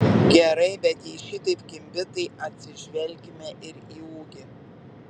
gerai bet jei šitaip kimbi tai atsižvelkime ir į ūgį